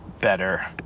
better